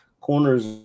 corners